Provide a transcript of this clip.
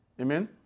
Amen